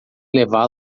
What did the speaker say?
levá